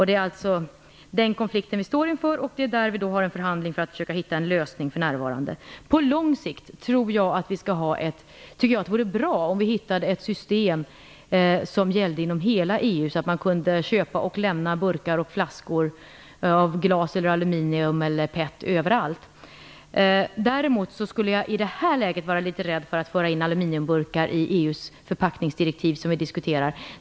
Det är den konflikten vi står inför och det är där vi för närvarande har en förhandling för att försöka hitta en lösning. Jag tycker att det vore bra på lång sikt om vi kunde hitta ett system som gäller inom hela EU, så att man kan köpa och lämna burkar och flaskor av glas eller aluminium - även PET - överallt. Däremot skulle jag i detta läge vara litet rädd för att föra in aluminiumburkar i de EU-förpackningsdirektiv som vi diskuterar.